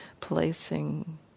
placing